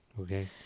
Okay